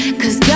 cause